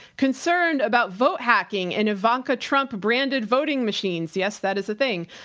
concerned about vote hacking and ivanka trump branded voting machines? yes, that is a thing.